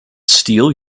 steal